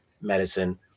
medicine